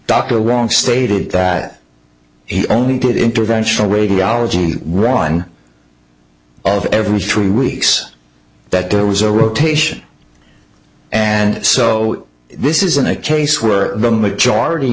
wrong stated that he only did interventional radiology the wrong of every three weeks that there was a rotation and so this isn't a case where the majority